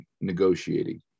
negotiating